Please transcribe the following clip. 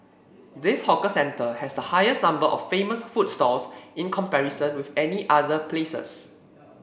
this hawker center has the highest number of famous food stalls in comparison with any other places